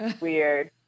weird